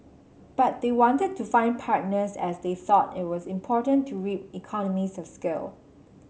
but they wanted to find partners as they thought it was important to reap economies of scale